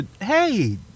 Hey